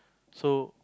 so